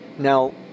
Now